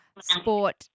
sport